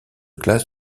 classe